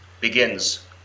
begins